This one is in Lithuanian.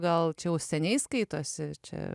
gal čiau seniai skaitosi čia